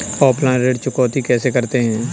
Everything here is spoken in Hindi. ऑफलाइन ऋण चुकौती कैसे करते हैं?